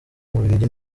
w’umubiligi